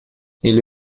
ele